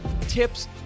tips